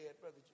Brother